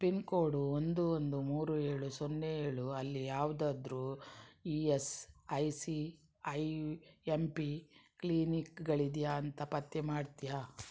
pin code ಒಂದು ಒಂದು ಮೂರು ಏಳು ಸೊನ್ನೆ ಏಳು ಅಲ್ಲಿ ಯಾವುದಾದ್ರೂ E S I C I M P ಕ್ಲಿನಿಕ್ಗಳಿದೆಯಾ ಅಂತ ಪತ್ತೆ ಮಾಡ್ತೀಯಾ